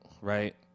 right